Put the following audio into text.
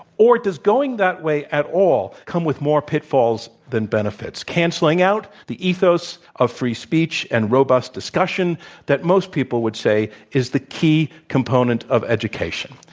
or does going that way at all come with more pitfalls than benefits? cancelling out the ethos of free speech and robust discussion that most people would say is the key component of education.